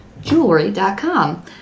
Jewelry.com